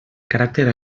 caràcter